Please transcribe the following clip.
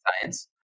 science